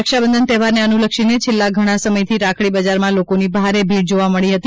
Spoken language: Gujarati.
રક્ષાબંધન તહેવારને અનુલક્ષીને છેલ્લા ઘણી સમયથી રાખડી બજારમાં લોકોની ભારે ભીડ જોવા મલી હતી